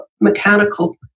mechanical